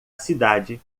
cidade